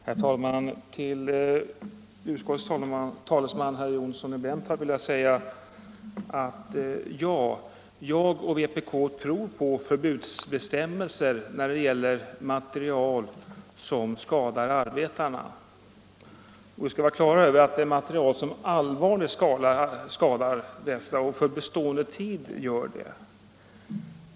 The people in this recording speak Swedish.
Herr talman! Till utskottets talesman, herr Johnsson i Blentarp, vill jag säga att jag och vpk tror på förbudsbestämmelser när det gäller material som skadar arbetarna. Vi skall vara på det klara med att det är fråga om ett material som allvarligt skadar arbetarna för bestående tid.